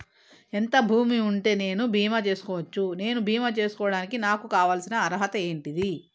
ఎంత భూమి ఉంటే నేను బీమా చేసుకోవచ్చు? నేను బీమా చేసుకోవడానికి నాకు కావాల్సిన అర్హత ఏంటిది?